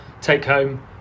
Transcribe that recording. Take-home